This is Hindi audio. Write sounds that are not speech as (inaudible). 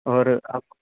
और (unintelligible)